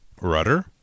Rudder